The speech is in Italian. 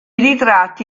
ritratti